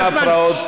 עם ההפרעות.